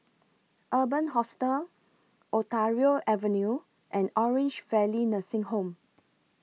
Urban Hostel Ontario Avenue and Orange Valley Nursing Home